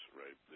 right